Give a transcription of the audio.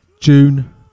June